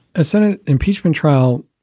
a senate impeachment trial